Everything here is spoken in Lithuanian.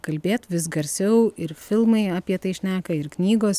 kalbėt vis garsiau ir filmai apie tai šneka ir knygos